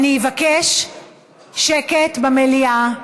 אבקש שקט במליאה.